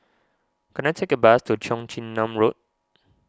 can I take a bus to Cheong Chin Nam Road